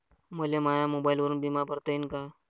मले माया मोबाईलवरून बिमा भरता येईन का?